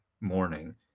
morning